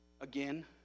again